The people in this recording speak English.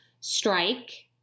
strike